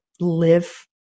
live